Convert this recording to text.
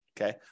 okay